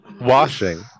washing